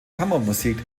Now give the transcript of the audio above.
kammermusik